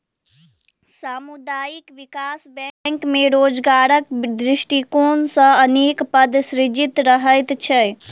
सामुदायिक विकास बैंक मे रोजगारक दृष्टिकोण सॅ अनेक पद सृजित रहैत छै